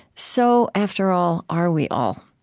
so, after all, are we all.